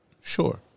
sure